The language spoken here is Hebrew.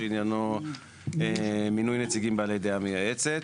שעניינו מינוי נציגים בעלי דעה מייעצת,